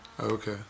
okay